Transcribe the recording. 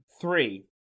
three